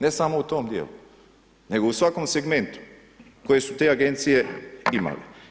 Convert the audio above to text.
Ne samo u tom dijelu, nego u svakom segmentu, koje su te agencije imali.